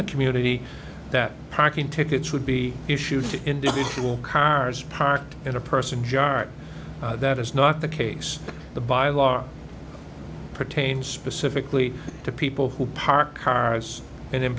the community that parking tickets would be issued to individual cars parked in a person jar that is not the case the bylaw pertains specifically to people who park cars and in